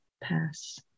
pass